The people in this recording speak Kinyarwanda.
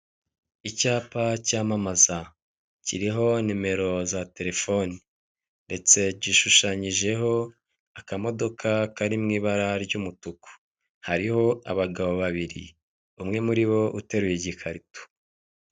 Icyapa cyamamaza, kiriho nimero za telefoni, ndetse gishushanyijeho akamodoka kari mu ibara ry'umutuku, hariho abagabo babiri, umwe muri bo uteruye igikarito.